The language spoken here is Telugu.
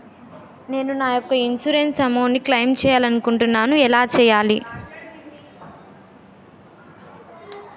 నేను నా యెక్క ఇన్సురెన్స్ అమౌంట్ ను క్లైమ్ చేయాలనుకుంటున్నా ఎలా చేయాలి?